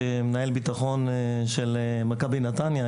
מנהל הביטחון של מכבי נתניהו,